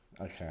Okay